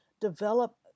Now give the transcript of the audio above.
develop